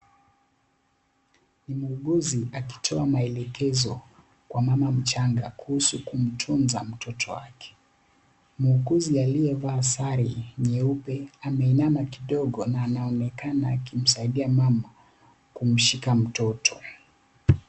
Ni muuguzi akitoa maelekezo kwa mama mchanga kuhusu kumtunza mtoto wake. Muuguzi aliyevaa sare nyeupe ameinama kidogo na anaonekana akimsaidia mama kumshika mtoto.